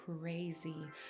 crazy